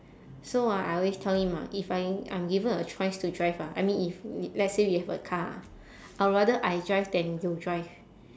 so ah I always tell him ah if I I'm given a choice to drive ah I mean if let's say we have a car I would rather I drive than you drive